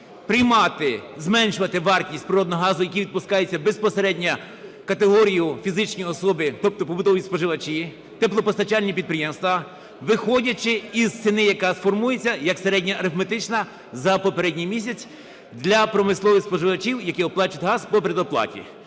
приймати, зменшувати вартість природного газу, який відпускається безпосередньо категорією "фізичні особи", тобто побутові споживачі, теплопостачальні підприємства, виходячи із ціни, яка сформується як середньоарифметична за попередній місяць для промислових споживачів, які оплачують газ по предоплаті.